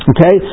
Okay